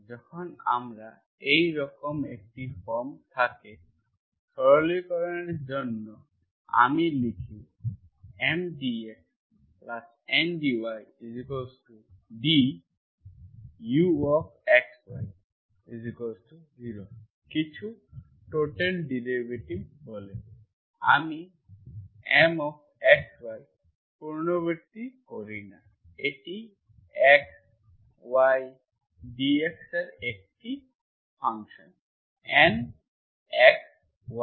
যখন আমার এই রকম একটা ফর্ম থাকে সরলীকরণের জন্য আমি লিখি M dxN dyduxy0 কিছু টোটাল ডেরিভেটিভ বলে আমি Mxy পুনরাবৃত্তি করি না এটি x y dx এর একটি function N x y dy এর একটি ফাংশন